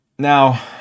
Now